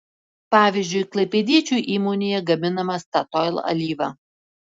pavyzdžiui klaipėdiečių įmonėje gaminama statoil alyva